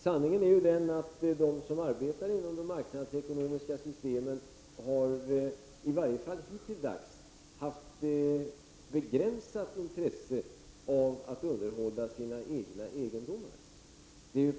Sanningen är att de som arbetar inom de marknadsekonomiska systemen, i varje fall hitintills, har haft begränsat intresse av att underhålla sina egna egendomar.